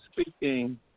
speaking